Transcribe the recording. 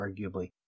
arguably